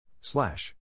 slash